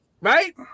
right